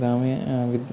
గ్రామీ విద్య